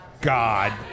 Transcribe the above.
god